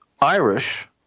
Irish